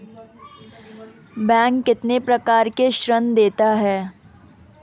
Bank कितने प्रकार के ऋण देता है?